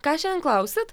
ką šiandien klausit